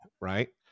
right